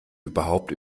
überhaupt